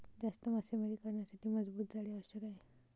जास्त मासेमारी करण्यासाठी मजबूत जाळी आवश्यक आहे